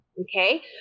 okay